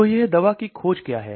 तो यह दवा की खोज क्या है